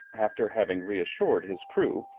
after having reassured his crew,